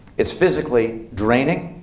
it's physically draining.